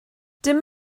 dim